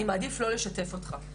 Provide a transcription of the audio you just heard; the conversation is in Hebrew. אני מעדיף לא לשתף אותך".